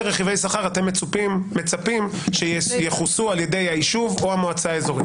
רכיבי שכר אתם מצפים שיכוסו על ידי היישוב או המועצה האזורית.